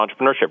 entrepreneurship